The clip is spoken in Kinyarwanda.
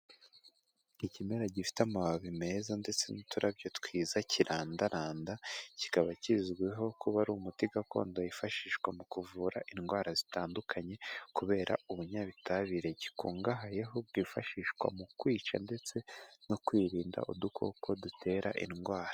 Ikimera gifite amababi meza ndetse n'uturabyo twiza kirandaranda, kikaba kizwiho kuba ari umuti gakondo wifashishwa mu kuvura indwara zitandukanye kubera ubunyabitabire gikungahayeho byifashishwa mu kwica ndetse no kwirinda udukoko dutera indwara.